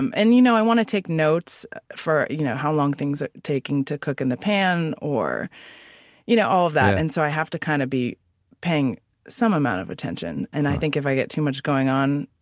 um and you know i want to take notes for you know how long things are taking to cook in the pan or you know all of that. and so i have to kind of be paying some amount of attention. and i think if i get too much going on,